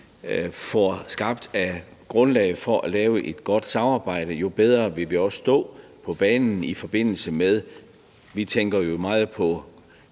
får skabt af grundlag for at have et godt samarbejde, jo bedre vil vi også stå på banen. Vi tænker jo meget på